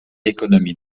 économie